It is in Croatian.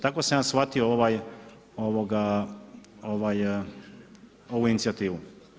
Tako sam ja shvatio ovu inicijativu.